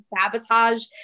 sabotage